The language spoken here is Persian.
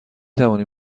توانیم